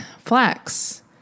flax